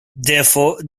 therefore